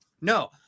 No